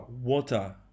water